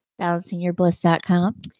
BalancingYourBliss.com